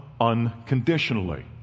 unconditionally